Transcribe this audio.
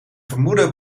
vermoeden